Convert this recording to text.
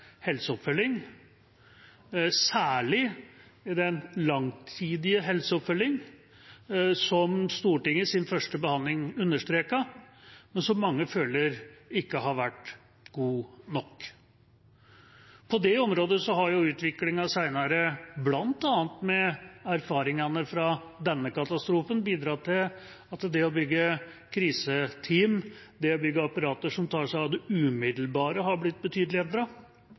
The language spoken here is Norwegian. helseoppfølging, særlig i den langtidige helseoppfølging, som Stortingets første behandling understreket, men som mange føler ikke har vært god nok. På det området har utviklingen senere, bl.a. med erfaringene fra denne katastrofen, bidratt til at det å bygge kriseteam, det å bygge apparater som tar seg av det umiddelbare, er blitt betydelig